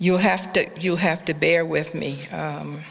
you have to you have to bear with me